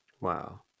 Wow